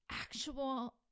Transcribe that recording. actual